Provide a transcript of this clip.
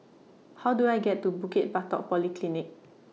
How Do I get to Bukit Batok Polyclinic